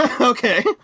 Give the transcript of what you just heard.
Okay